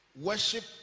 Worship